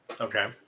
Okay